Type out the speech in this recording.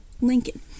Lincoln